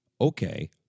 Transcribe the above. Okay